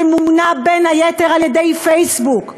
שמונע בין היתר על-ידי פייסבוק.